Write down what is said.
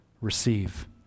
receive